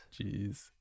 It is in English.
Jeez